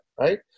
right